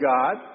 God